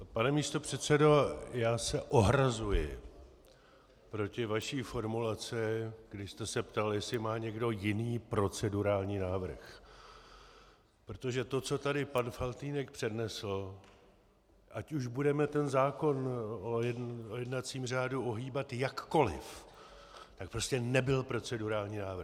Pane místopředsedo, já se ohrazuji proti vaší formulaci, když jste se ptal, jestli má někdo jiný procedurální návrh, protože to, co tady pan Faltýnek přednesl, ať už budeme ten zákon o jednacím řádu ohýbat jakkoliv, tak prostě nebyl procedurální návrh.